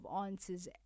answers